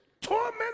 Torment